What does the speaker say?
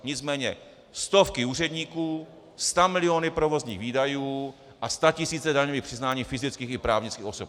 NicménĚ stovky úředníků, stamiliony provozních výdajů a statisíce daňových přiznání fyzických i právnických osob.